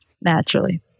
naturally